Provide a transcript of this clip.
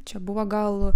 čia buvo gal